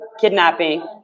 kidnapping